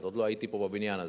אז עוד לא הייתי פה בבניין הזה.